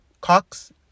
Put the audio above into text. Cox